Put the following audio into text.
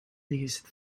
these